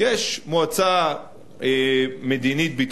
יש מועצה מדינית-ביטחונית